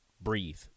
breathe